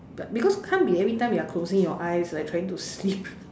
but because can't be every time you're closing your eyes like trying to sleep